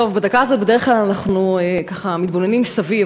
בדקה הזאת בדרך כלל אנחנו ככה מתבוננים סביב,